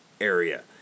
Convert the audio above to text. area